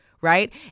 right